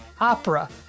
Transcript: opera